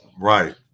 right